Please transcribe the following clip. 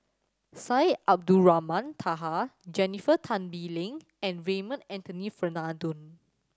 Syed Abdulrahman Taha Jennifer Tan Bee Leng and Raymond Anthony Fernando